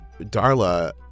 Darla